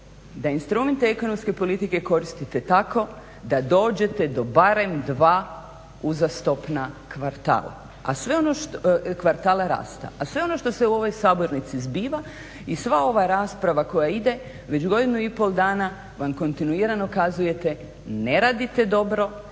da instrumente ekonomske politike koristite tako da dođete do barem dva uzastopna kvartala rasta, a sve ono što se u ovoj sabornici zbiva i sva ova rasprava koja ide već godinu i pol dana vam kontinuirano kazujete ne radite dobro,